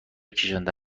کشانده